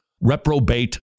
reprobate